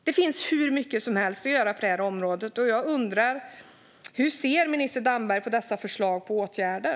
Det finns hur mycket som helst att göra på området. Jag undrar hur minister Damberg ser på dessa förslag till åtgärder.